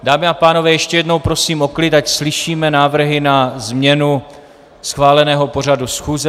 Dámy a pánové, ještě jednou prosím o klid, ať slyšíme návrhy na změnu schváleného pořadu schůze.